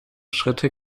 schritte